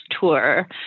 tour